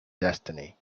destiny